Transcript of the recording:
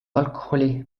alkoholi